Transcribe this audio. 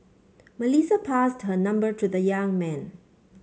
Melissa passed her number to the young man